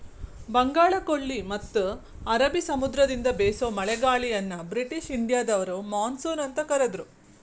ಬಂಗಾಳಕೊಲ್ಲಿ ಮತ್ತ ಅರಬಿ ಸಮುದ್ರದಿಂದ ಬೇಸೋ ಮಳೆಗಾಳಿಯನ್ನ ಬ್ರಿಟಿಷ್ ಇಂಡಿಯಾದವರು ಮಾನ್ಸೂನ್ ಅಂತ ಕರದ್ರು